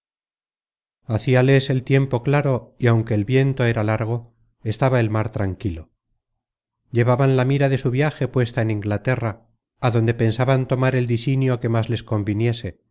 atropelle hacíales el tiempo claro y aunque el viento era largo estaba el mar tranquilo llevaban la mira de su viaje puesta en inglaterra adonde pensaban tomar el disinio que más les conviniese